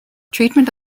treatment